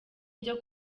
byo